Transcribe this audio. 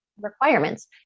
requirements